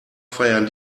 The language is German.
feiern